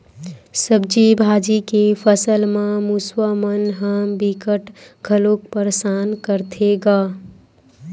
सब्जी भाजी के फसल म मूसवा मन ह बिकट घलोक परसान करथे गा